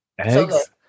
Eggs